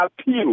appeal